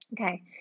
Okay